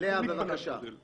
לאה פדידה, בבקשה.